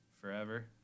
forever